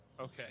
Okay